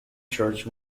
church